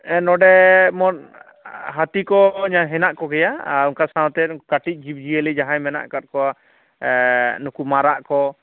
ᱱᱚᱰᱮ ᱢᱚᱱ ᱦᱟᱹᱛᱤ ᱠᱚ ᱦᱮᱱᱟᱜ ᱠᱚᱜᱮᱭᱟ ᱟᱨ ᱚᱱᱠᱟ ᱥᱟᱶᱛᱮ ᱠᱟᱹᱴᱤᱡ ᱡᱤᱵᱽ ᱡᱤᱭᱟᱹᱞᱤ ᱡᱟᱦᱟᱸᱭ ᱢᱮᱱᱟᱜ ᱟᱠᱟᱫ ᱠᱚᱣᱟ ᱢᱩᱠᱩ ᱢᱟᱨᱟᱜ ᱠᱚ